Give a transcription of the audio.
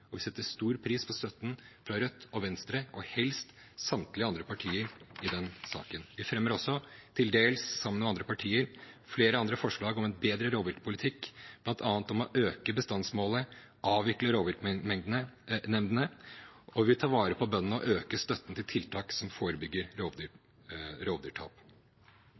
Vi setter stor pris på støtten fra Rødt og Venstre, men skulle helst hatt støtte fra samtlige av de andre partiene i den saken. Vi fremmer også, til dels sammen med andre partier, flere andre forslag om en bedre rovviltpolitikk, bl.a. om å øke bestandsmålene, avvikle rovviltnemndene, og vi vil ta vare på bøndene og øke støtten til tiltak som forebygger rovdyrtap.